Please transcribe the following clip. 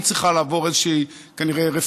היא צריכה לעבור איזושהי רפורמה,